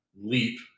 LEAP